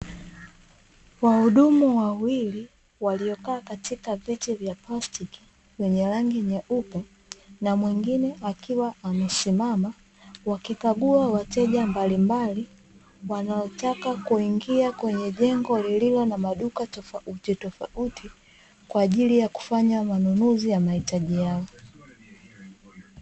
Wahudumu wawili, waliokaa katika viti vya plastiki vyenye rangi nyeupe na mwingine akiwa amesimama, wakikagua wateja mbalimbali, wanaotaka kuingia kwenye jengo lililo na maduka tofautitofauti kwa ajili ya kufanya manunuzi ya mahitaji yao.